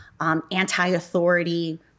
anti-authority